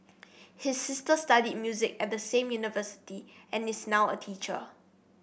his sister studied music at the same university and is now a teacher